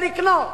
או לקנות.